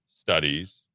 studies